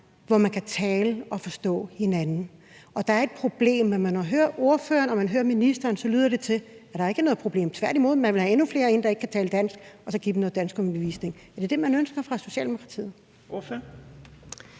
hvor man kan tale og forstå hinanden. Og der er et problem, når man hører ordføreren, og når man hører ministeren, for så lyder det til, at der ikke er noget problem. Tværtimod – man vil have endnu flere ind, som ikke kan tale dansk, og så give dem noget danskundervisning. Er det det, man ønsker fra Socialdemokratiets side?